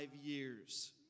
years